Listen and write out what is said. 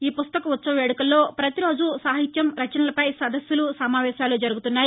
ఈ పుస్తక ఉత్సవ వేడుకల్లో పతిరోజూ సాహిత్యం రచనలపై సదస్సులు సమావేశాలు జరుగుతున్నాయి